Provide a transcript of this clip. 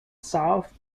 south